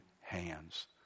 hands